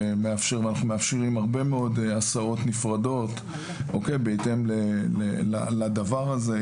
מאפשרים הרבה מאוד הסעות נפרדות בהתאם לדבר הזה.